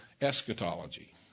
eschatology